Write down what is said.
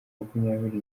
makumyabiri